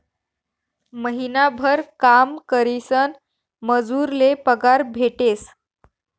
महिनाभर काम करीसन मजूर ले पगार भेटेस